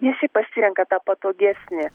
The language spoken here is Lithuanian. visi pasirenka tą patogesnį